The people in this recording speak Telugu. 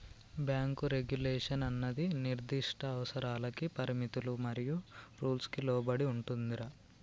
బ్యాంకు రెగ్యులేషన్ అన్నది నిర్దిష్ట అవసరాలకి పరిమితులు మరియు రూల్స్ కి లోబడి ఉంటుందిరా